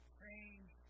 change